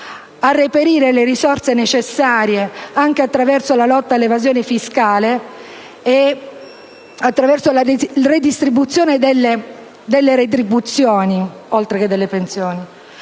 di reperire le risorse necessarie, anche attraverso la lotta all'evasione fiscale e la redistribuzione delle retribuzioni, oltre che delle pensioni;